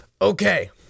okay